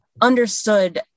understood